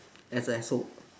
Es~ Esso